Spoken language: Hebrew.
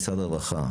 ממשרד הרווחה,